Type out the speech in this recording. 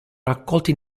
raccolti